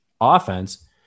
offense